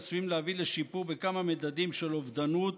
עשויים להביא לשיפור בכמה מדדים של אובדנות